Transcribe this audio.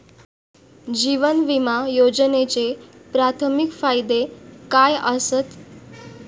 जीवन विमा योजनेचे प्राथमिक फायदे काय आसत?